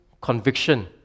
conviction